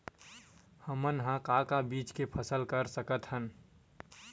हमन ह का का बीज के फसल कर सकत हन?